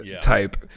type